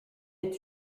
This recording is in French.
est